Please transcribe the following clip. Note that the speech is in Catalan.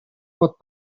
pot